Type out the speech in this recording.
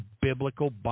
biblical